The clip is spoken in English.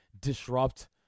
disrupt